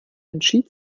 entschied